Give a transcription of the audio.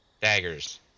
Daggers